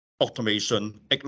automation